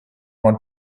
want